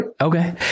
Okay